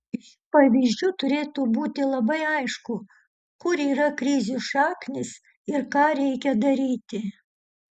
iš šių pavyzdžių turėtų būti labai aišku kur yra krizių šaknys ir ką reikia daryti